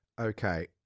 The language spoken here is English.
Okay